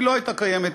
היא לא הייתה קיימת.